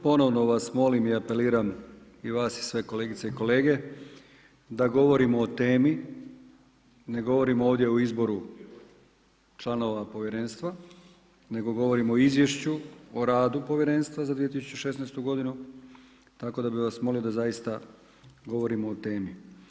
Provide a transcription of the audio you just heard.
Ponovno vas molim i apeliram i vas i sve kolegice i kolege, da govorimo o temi, ne govorimo ovdje o izboru članova povjerenstva, nego govorimo o izvješću, o radu povjerenstva za 2016. godinu, tako da bi vas molio da zaista govorimo o temi.